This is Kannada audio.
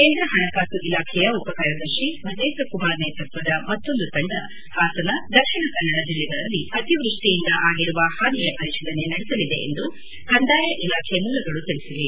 ಕೇಂದ್ರ ಪಣಕಾಸು ಇಲಾಖೆಯ ಉಪ ಕಾರ್ಯದರ್ತಿ ಭತೇಂದ್ರ ಕುಮಾರ್ ನೇತೃತ್ವದ ಮತ್ತೊಂದು ತಂಡ ಹಾಸನ ದಕ್ಷಿಣ ಕನ್ನಡ ಜಿಲ್ಲೆಗಳಲ್ಲಿ ಅತಿವೃಷ್ಠಿಯಿಂದ ಆಗಿರುವ ಪಾನಿಯ ಪರಿತೀಲನೆ ನಡೆಸಲಿದೆ ಎಂದು ಕಂದಾಯ ಇಲಾಖೆ ಮೂಲಗಳು ತಿಳಿಸಿವೆ